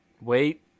wait